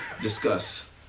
discuss